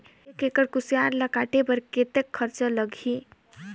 एक एकड़ कुसियार ल काटे बर कतेक खरचा लगही?